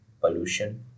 pollution